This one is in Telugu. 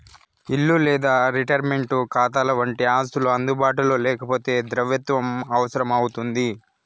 ఇల్లు లేదా రిటైర్మంటు కాతాలవంటి ఆస్తులు అందుబాటులో లేకపోతే ద్రవ్యత్వం అవసరం అవుతుంది